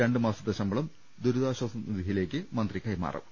രണ്ടു മാസത്തെ ശമ്പളം ദുരിതാശാസ നിധിയിലേക്ക് മന്ത്രി കൈമാ റും